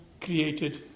created